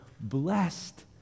blessed